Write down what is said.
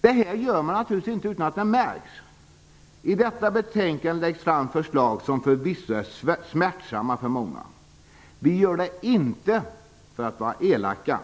Det gör man naturligtvis inte utan att det märks. I detta betänkande läggs fram förslag som förvisso är smärtsamma för många. Vi gör det inte för att vara elaka,